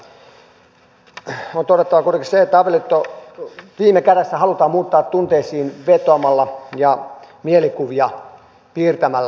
vielä tästä on todettava kuitenkin se että avioliitto viime kädessä halutaan muuttaa tunteisiin vetoamalla ja mielikuvia piirtämällä